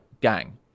gang